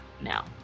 now